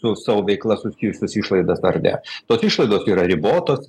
su savo veikla susijusias išlaidas ar ne tos išlaidos yra ribotos